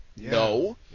No